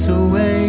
away